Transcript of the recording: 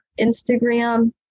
Instagram